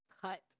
cut